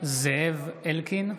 (קורא בשמות חברי הכנסת) זאב אלקין,